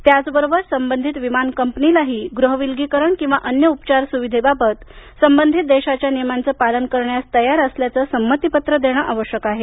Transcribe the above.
त्याचबरोबर संबधित विमान कंपनीलाही गृह विलगीकरण किंवा अन्य उपचार सुविधेबाबत संबधित देशाच्या नियमांचे पालन करण्यास तयार असल्याचे संमतीपत्र देणे आवश्यक आहे